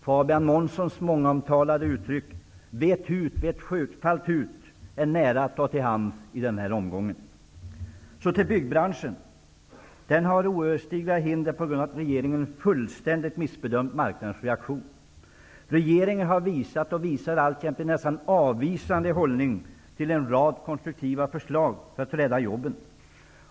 Fabian Månssons mångomtalade uttryck -- Vet hut, vet sjufalt hut -- är nära att ta till i det här sammanhanget. Byggbranschen har oöverstigliga hinder på grund av att regeringen fullständigt har missbedömt marknadens reaktion. Regeringen har haft och har alltjämt en närmast avvisande hållning till en rad konstruktiva förslag för att rädda jobben.